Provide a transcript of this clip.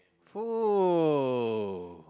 cool